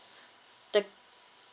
the